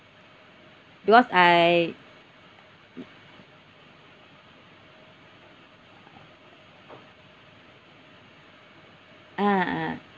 because I uh uh